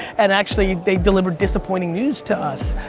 and actually they've delivered disappointing news to us.